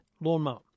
lawnmower